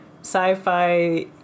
sci-fi